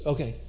Okay